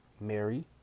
Mary